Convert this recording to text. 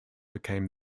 became